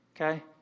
Okay